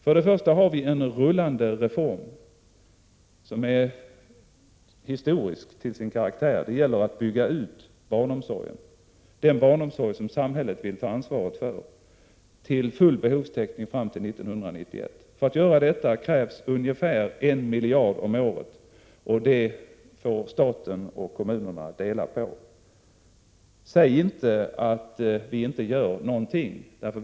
Först och främst har vi en rullande reform som är historisk till sin karaktär: Det gäller att bygga ut barnomsorgen — den barnomsorg som samhället vill ta ansvaret för — till full behovstäckning fram till 1991. För att göra detta krävs ungefär 1 miljard om året, och det får staten och kommunerna dela på. Säg inte att vi inte gör någonting!